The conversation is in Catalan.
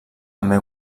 també